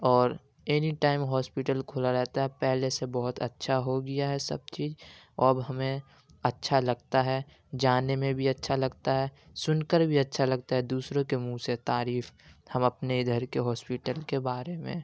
اور any time hospital کھلا رہتا ہے پہلے سے بہت اچھا ہو گیا ہے سب چیز اور اب ہمیں اچھا لگتا ہے جانے میں بھی اچھا لگتا ہے سن کر بھی اچھا لگتا ہے دوسروں کے منہ سے تعریف ہم اپنے ادھر کے ہاسپیٹل کے بارے میں